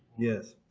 yes